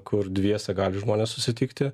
kur dviese gali žmonės susitikti